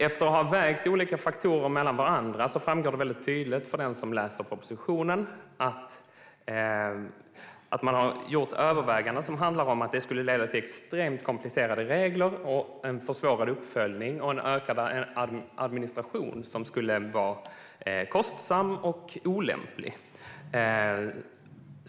Efter att ha vägt olika faktorer mot varandra framgår det tydligt för den som läser propositionen att man har gjort överväganden som handlar om att det skulle leda till extremt komplicerade regler, en försvårad uppföljning och en ökad administration som skulle vara kostsam och olämplig.